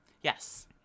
yes